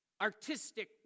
artistic